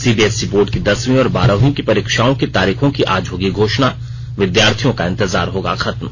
CBSE board की दसवीं और बारहवीं की परीक्षाओं की तारीखों की आज होगी घोषणा विद्यार्थियों का इंतजार होगा खत्म